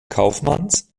kaufmanns